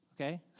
okay